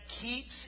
keeps